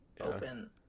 open